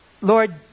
Lord